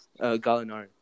Gallinari